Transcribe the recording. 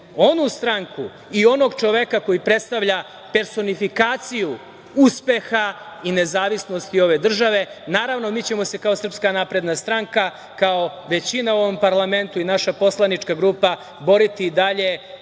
onu stranku i onog čoveka koji predstavlja personifikaciju uspeha i nezavisnosti ove države. Naravno mi ćemo se kao SNS, kao većina u ovom parlamentu i naša poslanička grupa boriti i dalje